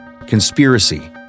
conspiracy